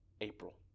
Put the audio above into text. April